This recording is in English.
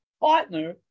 partner